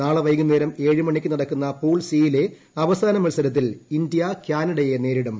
നാളെ വൈകുന്നേരം ഏഴ് മണിക്ക് നടക്കുന്ന പൂൾ സിയിലെ അവസാന മത്സരത്തിൽ ഇന്ത്യ കാനഡയെ നേരിടും